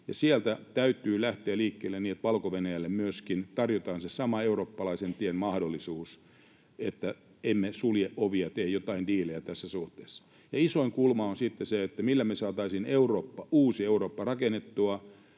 Sieltä täytyy lähteä liikkeelle niin, että myöskin Valko-Venäjälle tarjotaan se sama eurooppalaisen tien mahdollisuus ja että emme sulje ovia tai tee joitain diilejä tässä suhteessa. Isoin kulma on sitten se, millä me saataisiin uusi Eurooppa rakennettua,